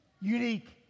unique